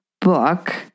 book